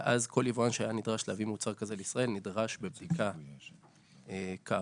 ואז כל יבואן שהיה נדרש להביא מוצר כזה לישראל נדרש לבדיקה כאמור.